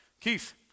Keith